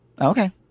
Okay